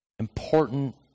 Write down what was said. important